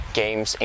games